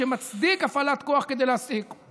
שמצדיק הפעלת כוח כדי להשיג אותו.